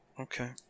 Okay